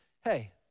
hey